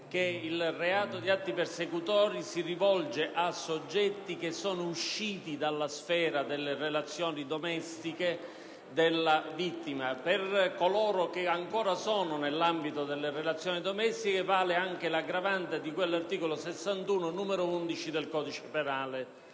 che il reato di atti persecutori si rivolge a soggetti usciti dalla sfera delle relazioni domestiche della vittima, mentre per coloro che sono ancora nell'ambito delle relazioni domestiche vale l'aggravante prevista dall'articolo 61, n. 11, del codice penale.